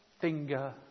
finger